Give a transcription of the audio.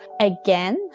Again